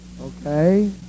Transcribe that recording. okay